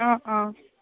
অঁ অঁ